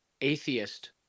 atheist